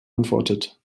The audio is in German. antwortet